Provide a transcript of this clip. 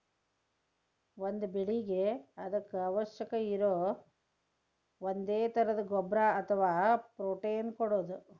ಒಂದ ಬೆಳಿಗೆ ಅದಕ್ಕ ಅವಶ್ಯಕ ಇರು ಒಂದೇ ತರದ ಗೊಬ್ಬರಾ ಅಥವಾ ಪ್ರೋಟೇನ್ ಕೊಡುದು